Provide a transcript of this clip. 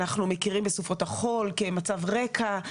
אנחנו מכירים בסופות החול כמצב רקע.